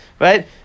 Right